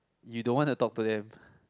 you don't want to talk to them